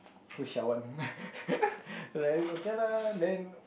who's Shawan like okay lah then